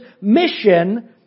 mission